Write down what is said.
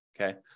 Okay